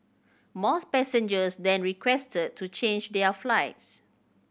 mores passengers then requested to change their flights